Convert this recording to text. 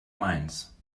mainz